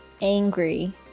angry